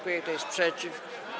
Kto jest przeciw?